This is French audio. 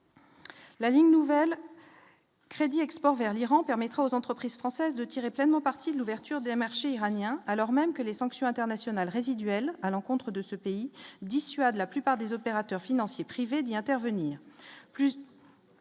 La ligne nouvelle crédit export vers l'Iran, permettra aux entreprises françaises de tirer pleinement parti de l'ouverture des marchés iranien alors même que les sanctions internationales résiduelle à l'encontre de ce pays dissuade la plupart des opérateurs financiers privés d'y intervenir,